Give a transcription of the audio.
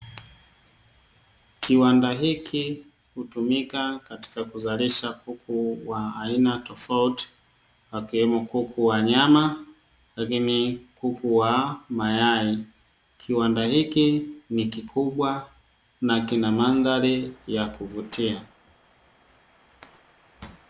Kiwanda hiki hutumika katika kuzalisha kuku wa aina tofauti, wakiwemo kuku wa nyama lakini kuku wa mayai. Kiwanda hiki ni kikubwa, na kina mandhari ya kuvutia.